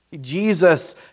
Jesus